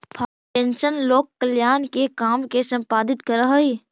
foundation लोक कल्याण के काम के संपादित करऽ हई